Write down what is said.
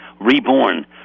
reborn